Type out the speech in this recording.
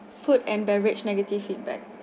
food and beverage negative feedback